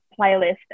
playlist